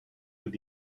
with